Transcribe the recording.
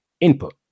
input